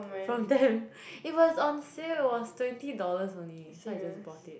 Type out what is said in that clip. from Tempt it was on sale it was twenty dollars only so I just bought it